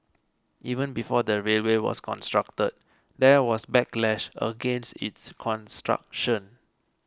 even before the railway was constructed there was backlash against its construction